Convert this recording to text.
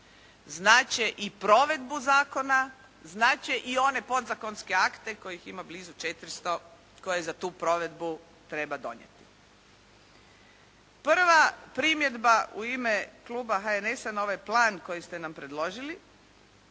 Znače i provedbu zakona, znače i one podzakonske akte kojih ima blizu 400 koje za tu provedbu treba donijeti. Prva primjedba u ime Kluba HNS-a na ovaj plan koji ste nam predložili